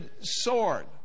sword